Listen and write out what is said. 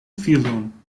filon